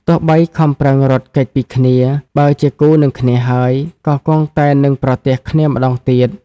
ទោះបីខំប្រឹងរត់គេចពីគ្នា បើជាគូនឹងគ្នាហើយ ក៏គង់តែនឹងប្រទះគ្នាម្តងទៀត។